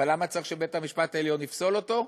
אבל למה צריך שבית-המשפט העליון יפסול אותו?